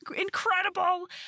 incredible